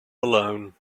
alone